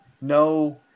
No